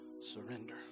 surrender